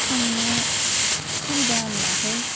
थांनो सुबिदा मोनाखै